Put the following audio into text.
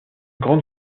grande